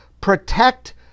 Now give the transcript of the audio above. protect